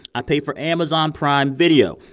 i pay for amazon prime video.